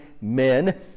men